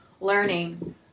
learning